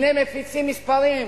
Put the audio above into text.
הנה מפיצים מספרים.